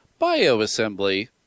bioassembly